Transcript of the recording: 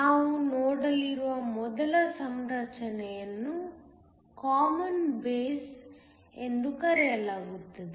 ನಾವು ನೋಡಲಿರುವ ಮೊದಲ ಸಂರಚನೆಯನ್ನು ಕಾಮನ್ ಬೇಸ್ ಎಂದು ಕರೆಯಲಾಗುತ್ತದೆ